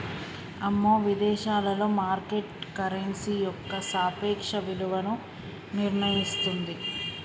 అమ్మో విదేశాలలో market currency యొక్క సాపేక్ష విలువను నిర్ణయిస్తుంది